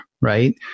right